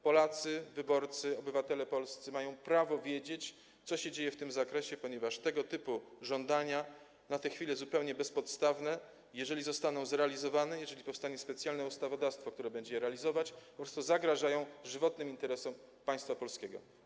Polacy, wyborcy, obywatele polscy mają prawo wiedzieć, co się dzieje w tym zakresie, ponieważ jeżeli tego typu żądania - na tę chwilę zupełnie bezpodstawne - zostaną zrealizowane, jeżeli powstanie specjalne ustawodawstwo, które będzie je realizować, to po prostu zagrażają one żywotnym interesom państwa polskiego.